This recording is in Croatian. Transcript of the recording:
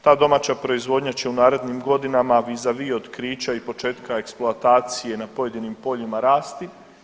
Ta domaća proizvodnja će u narednim godinama vi za vi otkrića i početka eksploatacije na pojedinim poljima rasti.